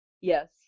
Yes